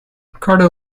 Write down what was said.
ricardo